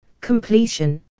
completion